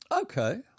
Okay